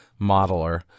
modeler